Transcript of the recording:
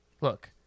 Look